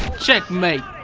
checkmate!